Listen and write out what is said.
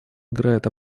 играет